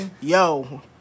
Yo